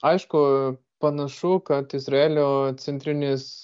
aišku panašu kad izraelio centrinis